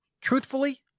truthfully